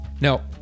Now